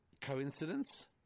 Coincidence